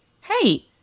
hey